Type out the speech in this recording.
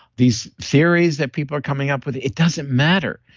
these theories that people are coming up with, it doesn't matter.